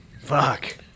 Fuck